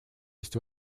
есть